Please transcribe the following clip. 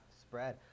spread